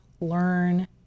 learn